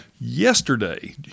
Yesterday